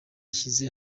yashyize